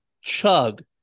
chug